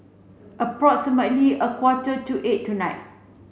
approximately a quarter to eight tonight